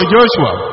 Joshua